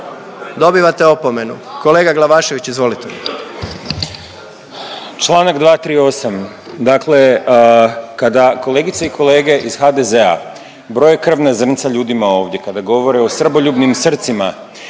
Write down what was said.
dobivate opomenu. Kolega Šimičević, izvolite.